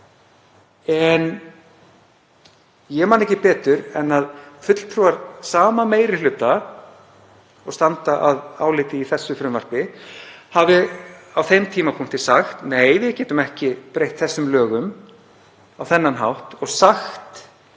En ég man ekki betur en að fulltrúar sama meiri hluta og standa að álitinu í þessu frumvarpi hafi á þeim tímapunkti sagt: Nei, við getum ekki breytt þessum lögum á þennan hátt og sagt